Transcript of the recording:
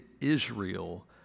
Israel